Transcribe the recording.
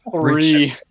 three